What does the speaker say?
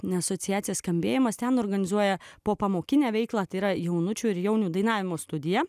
ne asociacija skambėjimas ten organizuoja popamokinę veiklą tai yra jaunučių jaunių dainavimo studija